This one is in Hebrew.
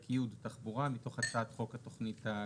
י' תחבורה מתוך הצעת חוק התוכנית הכלכלית.